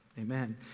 amen